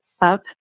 up